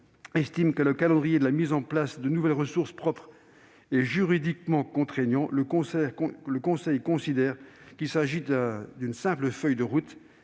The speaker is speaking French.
estime que le calendrier de la mise en place de nouvelles ressources propres est « juridiquement contraignant », le Conseil considère qu'il s'agit d'une simple feuille de route,